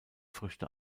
früchte